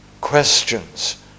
questions